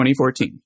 2014